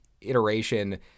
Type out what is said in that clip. iteration –